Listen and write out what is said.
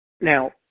Now